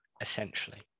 essentially